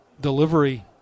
delivery